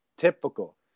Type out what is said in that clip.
Typical